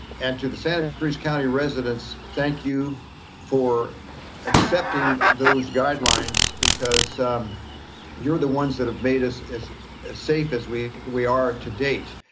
and to the santa cruz county residents, thank you for accepting those guidelines because you're the ones that have made us as safe as we are to date.